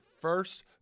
first